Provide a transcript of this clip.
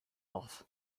off